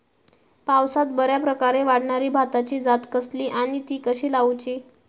पावसात बऱ्याप्रकारे वाढणारी भाताची जात कसली आणि ती कशी लाऊची?